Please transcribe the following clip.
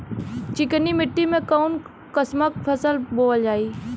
चिकनी मिट्टी में कऊन कसमक फसल बोवल जाई?